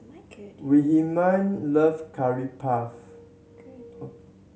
Wilhelmine love Curry Puff